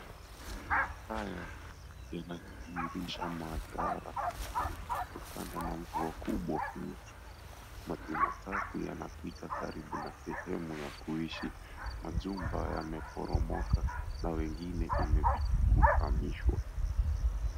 Haya ni ya kudhihirisha madhara yanayotokana na mvua kubwa. Maji machafu yanapita karibu sehemu ya kuishi. Majumba yameporomoka, na wengine imebidi kuhamishwa.